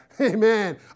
Amen